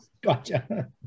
Gotcha